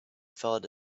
felt